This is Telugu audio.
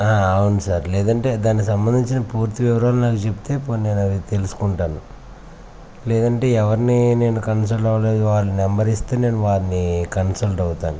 అవును సార్ లేదు అంటే దానికి సంబంధించిన పూర్తి వివరాలు నాకు చెబితే పోనీ నేను అది తెలుసుకుంటాను లేదు అంటే ఎవరిని నేను కన్సల్ట్ అవ్వాలో వారి నెంబర్ ఇస్తే నేను వారిని కన్సల్ట్ అవుతాను